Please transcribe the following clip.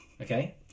okay